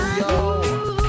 yo